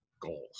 goals